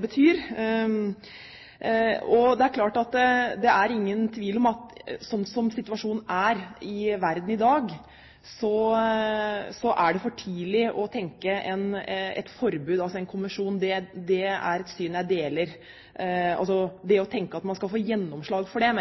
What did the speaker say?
betyr. Det er klart at det er ingen tvil om at sånn som situasjonen er i verden i dag, er det for tidlig å tenke et forbud, altså en konvensjon. Det er et syn jeg deler, selvfølgelig – altså det å tenke at man skal få gjennomslag for det –